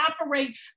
operate